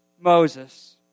Moses